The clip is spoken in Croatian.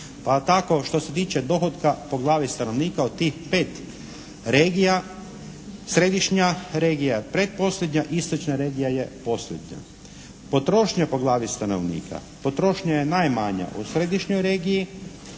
Pa tako što se tiče dohotka po glavi stanovnika od tih 5 regija, središnja regija pretposljednja, istočna regija je posljednja. Potrošnja po glavi stanovnika. Potrošnja je najmanja u središnjoj regiji.